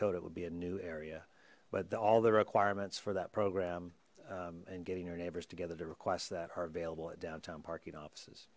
code it would be a new area but all the requirements for that program and getting your neighbors together to request that are available at downtown parking offices